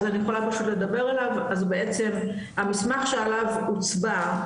אז בעצם המסמך שעליו הוצבע,